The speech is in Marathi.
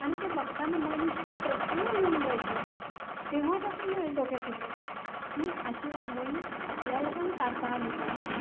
आणि ते बघताना मन इतकं प्रसन्न होऊन जायचं तेव्हापासून डोक्यात होतं की अशी रांगोळी आपल्याला पण काढता आली पाहिजे